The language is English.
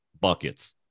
Buckets